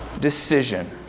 decision